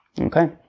Okay